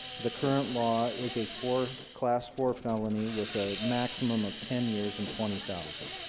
the current law is a four class four felony with a maximum of ten years and twenty thousand